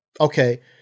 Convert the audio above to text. okay